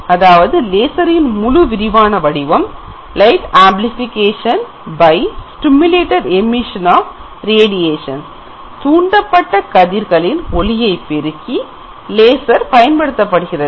இப்போது முழு விரிவான வடிவம் அதாவது தூண்டப்பட்ட கதிர்களின் ஒளியை பெருக்கி லேசர் பயன்படுத்தப்படுகிறது